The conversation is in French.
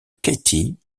katy